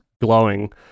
glowing